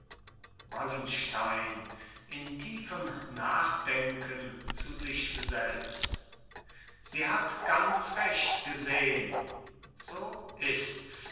wallenstein in tiefem nachdenken zu sich selbst sie hat ganz recht gesehn so ists